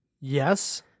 yes